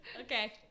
Okay